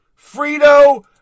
Frito